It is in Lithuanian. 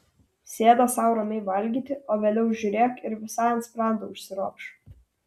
sėda sau ramiai valgyti o vėliau žiūrėk ir visai ant sprando užsiropš